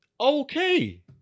Okay